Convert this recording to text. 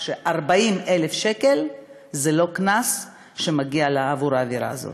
ש-40,000 שקלים זה לא קנס שמגיע עבור העבירה הזאת.